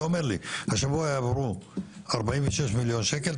אתה אומר לי שהשבוע יועברו 46 מיליון שקל.